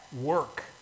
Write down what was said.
work